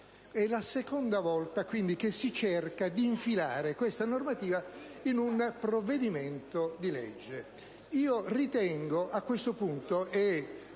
È la seconda volta, quindi, che si cerca di infilare questa normativa in un provvedimento di legge. Ritengo lo dico